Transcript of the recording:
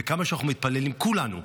וכמה שאנחנו מתפללים כולנו,